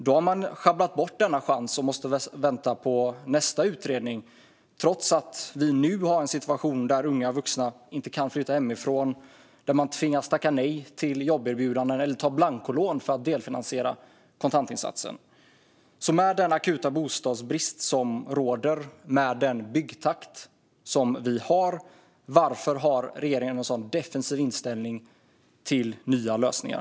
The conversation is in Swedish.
Då har man sjabblat bort denna chans och måste vänta på nästa utredning, trots att vi nu har en situation där unga vuxna inte kan flytta hemifrån och där man tvingas tacka nej till jobberbjudanden eller tar blancolån för att delfinansiera kontantinsatsen. Med den akuta bostadsbrist som råder och med den byggtakt som vi har undrar jag varför regeringen har en sådan defensiv inställning till nya lösningar.